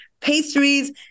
pastries